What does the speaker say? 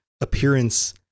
appearance